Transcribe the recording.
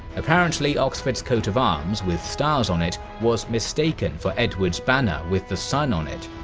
apparently, oxford's coat of arms with stars on it was mistaken for edward's banner with the sun on it.